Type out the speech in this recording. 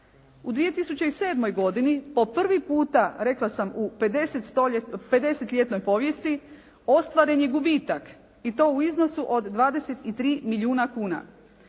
U 2007. godini po prvi puta rekla sam u 50-ljetnoj povijesti ostvaren je gubitak i to u iznosu od 23 milijuna kuna.